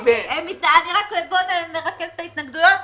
בוא נרכז את ההתנגדויות.